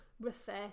refer